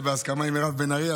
זה בהסכמה עם מירב בן ארי,